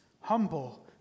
Humble